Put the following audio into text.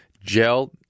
Gel